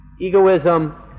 Egoism